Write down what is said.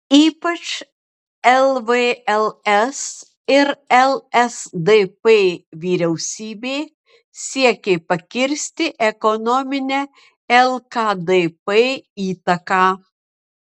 ypač lvls ir lsdp vyriausybė siekė pakirsti ekonominę lkdp įtaką